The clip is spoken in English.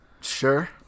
Sure